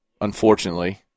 unfortunately